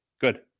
Good